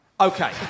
Okay